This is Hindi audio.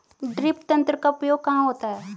ड्रिप तंत्र का उपयोग कहाँ होता है?